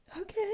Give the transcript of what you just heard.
okay